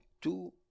two